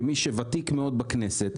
כמי שוותיק בכנסת,